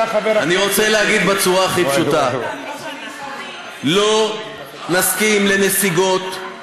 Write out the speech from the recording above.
רוצה להגיד בצורה הכי פשוטה: לא נסכים לנסיגות,